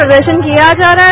प्रदर्शन किया जा रहा है